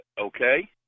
Okay